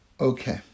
Okay